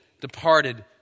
departed